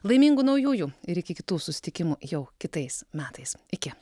laimingų naujųjų ir kitų susitikimų jau kitais metais iki